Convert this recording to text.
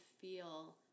feel